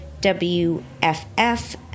WFF